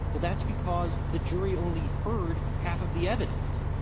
well, that's because the jury only heard half of the evidence.